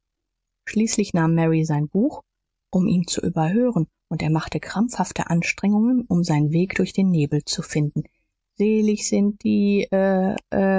schließlich nahm mary sein buch um ihn zu überhören und er machte krampfhafte anstrengungen um seinen weg durch den nebel zu finden selig sind die